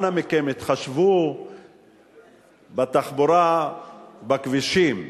אנא מכם, התחשבו בתחבורה בכבישים,